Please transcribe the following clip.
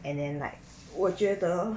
and then like 我觉得